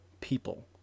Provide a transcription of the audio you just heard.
people